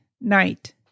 night